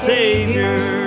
Savior